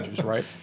right